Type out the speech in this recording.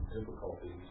Difficulties